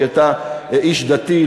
כי אתה איש דתי,